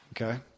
Okay